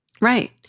Right